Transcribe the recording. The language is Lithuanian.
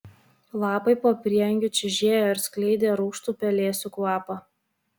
lapai po prieangiu čiužėjo ir skleidė rūgštų pelėsių kvapą